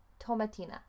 tomatina